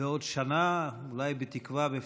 בעוד שנה, אולי, בתקווה,